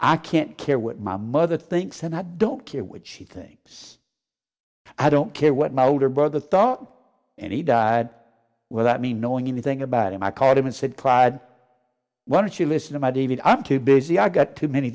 i can't care what my mother thinks and i don't care what she thinks i don't care what my older brother thought and he died without me knowing anything about him i called him and said clyde why don't you listen to my david i'm too busy i got too many